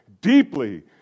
deeply